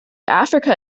africa